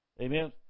Amen